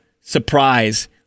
surprise